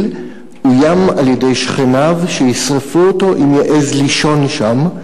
אוים על-ידי שכניו שישרפו אותו אם יעז לישון שם,